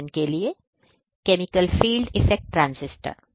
उदाहरण के लिए केमिकल फील्ड इफेक्ट ट्रांसिस्टर